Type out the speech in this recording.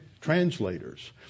translators